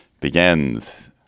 begins